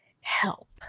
help